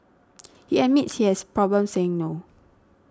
he admits he has problems saying no